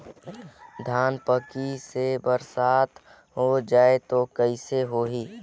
धान पक्की से बरसात हो जाय तो कइसे हो ही?